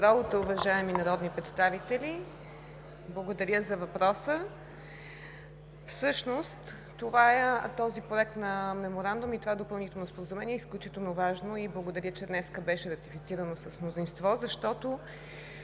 Благодаря за въпроса. Всъщност този проект на Меморандум и това допълнително споразумение е изключително важно и благодаря, че днес беше ратифицирано с мнозинство, защото